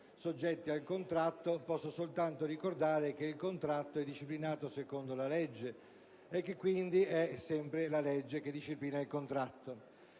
soggetti al contratto; in proposito posso soltanto ricordare che il contratto è disciplinato secondo la legge, per cui è sempre la legge che disciplina il contratto.